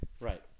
Right